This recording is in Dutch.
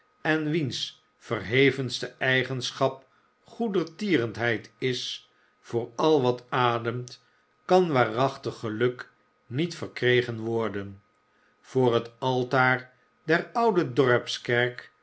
en wiens verhevenste eigenschap goedertierenheid is voor al wat ademt kan waarachtig geluk niet verkregen worden voor het altaar der oude dorpskerk